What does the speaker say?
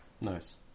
Nice